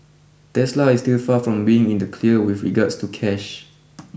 Tesla is still far from being in the clear with regards to cash